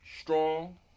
strong